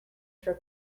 for